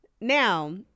Now